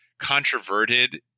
controverted